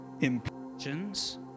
Impressions